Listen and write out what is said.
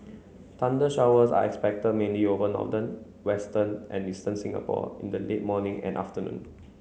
thunder showers are expected mainly over northern western and eastern Singapore in the late morning and afternoon